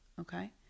Okay